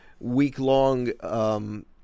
week-long